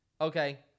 Okay